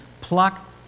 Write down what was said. pluck